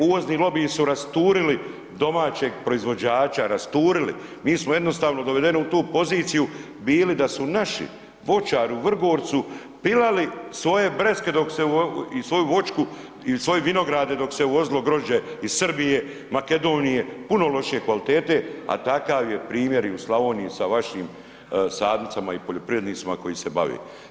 Uvozni lobiji su rasturili domaćeg proizvođača, rasturili, mi smo jednostavno dovedeni u tu poziciju bili da su naši voćari u Vrgorcu pilali svoje breskve i svoju voćku i svoje vinograde dok se uvozilo grožđe iz Srbije, Makedonije puno lošije kvalitete, a takav je primjer i u Slavoniji sa vašim sadnicama i poljoprivrednicima kojim se bave.